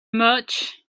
much